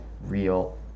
real